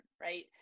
right